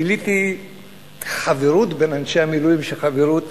גיליתי חברות בין אנשי המילואים, וחברות